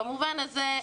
במובן הזה,